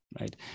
right